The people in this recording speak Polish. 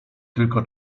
tylko